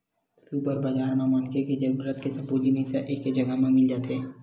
super बजार म मनखे के जरूरत के सब्बो जिनिस ह एके जघा म मिल जाथे